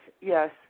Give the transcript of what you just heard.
Yes